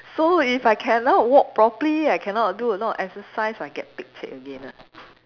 so if I cannot walk properly I cannot do a lot of exercise I get pek cek again ah